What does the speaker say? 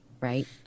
right